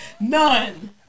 None